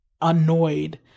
annoyed